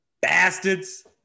Bastards